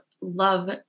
love